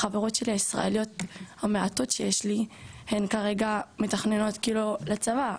החברות שלי הישראליות המעטות שיש לי הן כרגע מתכננות לצבא,